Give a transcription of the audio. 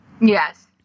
yes